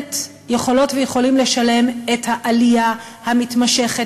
באמת יכולות ויכולים לשלם את העלייה המתמשכת,